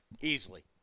Easily